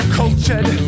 cultured